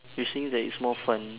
you're saying that it's more fun